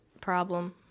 problem